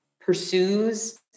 pursues